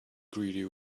greedy